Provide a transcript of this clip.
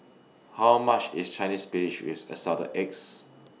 How much IS Chinese Spinach with Assorted Eggs